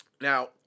Now